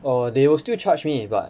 err they will still charge me but